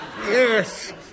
Yes